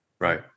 Right